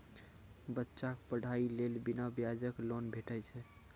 बच्चाक पढ़ाईक लेल बिना ब्याजक लोन भेटै छै?